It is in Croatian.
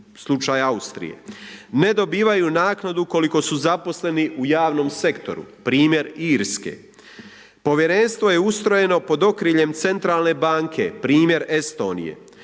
ne dobivaju naknadu koliko su zaposleni u javnom sektoru, primjer Irske, Povjerenstvo je ustrojeno pod okriljem Centralne banke, primjer Estonije,